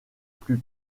plus